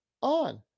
on